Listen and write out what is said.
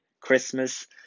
Christmas